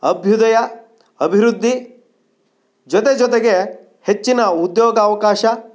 ಅಭ್ಯುದಯ ಅಭಿವೃದ್ಧಿ ಜೊತೆ ಜೊತೆಗೆ ಹೆಚ್ಚಿನ ಉದ್ಯೋಗಾವಕಾಶ